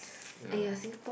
ya